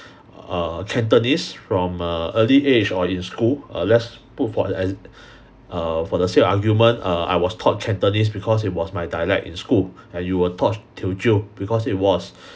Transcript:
err cantonese from err early age or in school uh let's put for as err for the sake argument err I was taught cantonese because it was my dialect in school and you were taught teochew because it was